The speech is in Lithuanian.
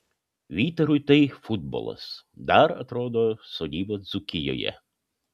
vytarui tai futbolas dar atrodo sodyba dzūkijoje